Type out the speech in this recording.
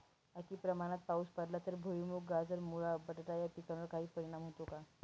अतिप्रमाणात पाऊस पडला तर भुईमूग, गाजर, मुळा, बटाटा या पिकांवर काही परिणाम होतो का?